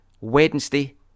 Wednesday